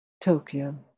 Tokyo